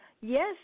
Yes